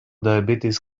diabetes